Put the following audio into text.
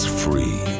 free